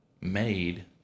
made